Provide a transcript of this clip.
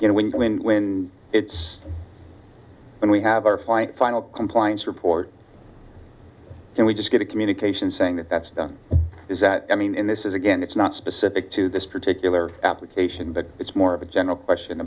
you know england when it's when we have our flight final compliance report and we just get a communication saying that that stuff is that i mean this is again it's not specific to this particular application but it's more of a general question